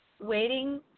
waiting